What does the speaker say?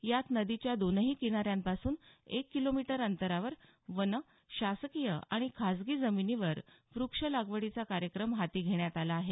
यात नदीच्या दोन्ही किनाऱ्यांपासून एक किलोमीटर अंतरावर वन शासकीय आणि खाजगी जमिनीवर वृक्षलागवडीचा कार्यक्रम हाती घेण्यात आला आहे